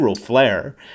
flair